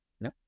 no